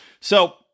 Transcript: So-